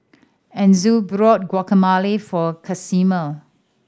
Enzo borught Guacamole for Casimir